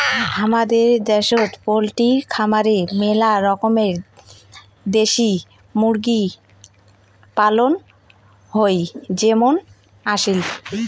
হামাদের দ্যাশে পোলট্রি খামারে মেলা রকমের দেশি মুরগি পালন হই যেমন আসিল